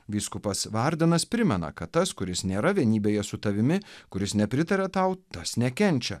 vyskupas vardenas primena kad tas kuris nėra vienybėje su tavimi kuris nepritaria tau tas nekenčia